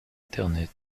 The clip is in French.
internet